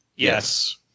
Yes